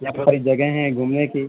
بہت ساری جگہیں ہیں گھومنے کی